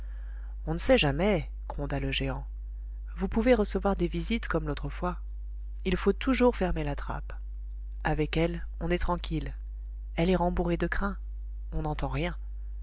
on ne sait jamais gronda le géant vous pouvez recevoir des visites comme l'autre fois il faut toujours fermer la trappe avec elle on est tranquilles elle est rembourrée de crin on n'entend rien